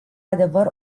adevăr